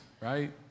right